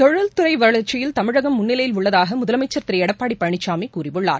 தொழில்துறை வளர்ச்சியில் தமிழகம் முன்னணியில் உள்ளதாக முதலமைச்ச் திரு எடப்பாடி பழனிசாமி கூறியுள்ளார்